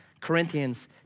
Corinthians